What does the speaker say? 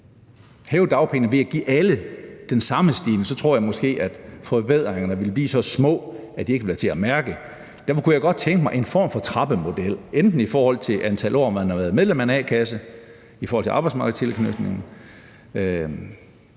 hæve dagpengeniveauet ved at give alle den samme stigning, vil forbedringerne blive så små, at de ikke vil være til at mærke. Derfor kunne jeg godt tænke mig en form for trappemodel, enten i forhold til antal år, hvor man har været medlem af en a-kasse, i forhold til arbejdsmarkedstilknytning,